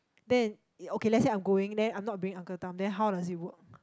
then it okay let's say I'm going then I'm not bringing uncle Tham then how does it work